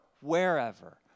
wherever